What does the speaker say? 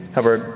however,